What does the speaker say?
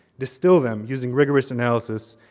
distill them, using rigorous analysis,